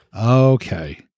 Okay